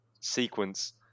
sequence